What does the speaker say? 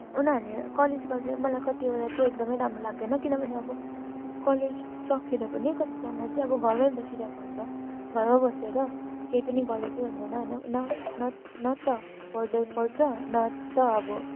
उनीहरूले कलेज गरेर मलाई कतिवटा चाहिँ एकदमै राम्रो लाग्दैन किनभने अब कलेज सकेर पनि कतिजना चाहिँ अब घरमा बसिरहेको हुन्छ घरमा बसेर केही पनि गरेकै हुँदैन होइन न न न त फरदर पढ्छ न त अब